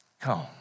come